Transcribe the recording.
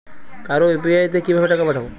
কারো ইউ.পি.আই তে কিভাবে টাকা পাঠাবো?